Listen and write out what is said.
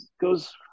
goes